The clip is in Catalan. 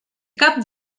cap